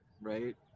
right